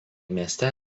mieste